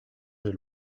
des